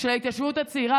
של ההתיישבות הצעירה,